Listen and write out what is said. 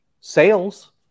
Sales